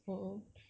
mmhmm